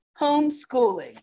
homeschooling